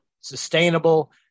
sustainable